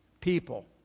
People